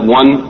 one